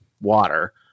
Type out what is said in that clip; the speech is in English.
water